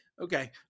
Okay